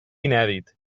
inèdit